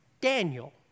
Daniel